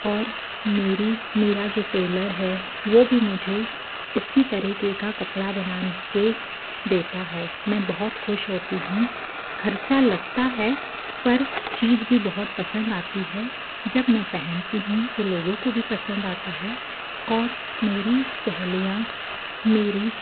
और मेरी मेरा जो टेलर है वो भी मुझे उसी तरीक़े का कपड़ा बना कर देता है मैं बहुत ख़ुश होती हूँ ख़र्च लगता है पर चीज़ भी बहुत पसंद आती है जब मैं पहनती हूँ तो लोगों को भी पसंद आता है और मेरी सहेलियाँ मेरी